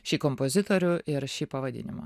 šį kompozitorių ir šį pavadinimą